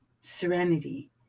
serenity